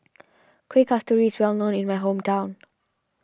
Kueh Kasturi is well known in my hometown